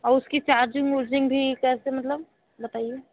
और उसकी चार्जिंग उर्जिंग भी कैसे मतलब बताइए